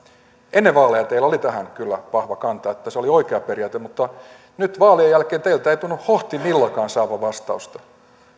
ennen vaaleja teillä oli tähän kyllä vahva kanta että se oli oikea periaate mutta nyt vaalien jälkeen teiltä ei tunnu hohtimillakaan saavan vastausta